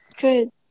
Good